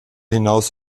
hinaus